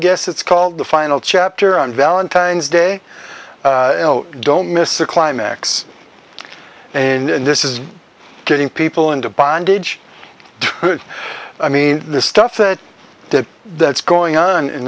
guess it's called the final chapter on valentine's day don't miss the climax and this is getting people into bondage good i mean the stuff that that that's going on in